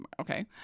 Okay